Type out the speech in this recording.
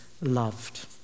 loved